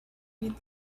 read